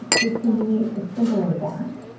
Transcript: this can be as simple as that.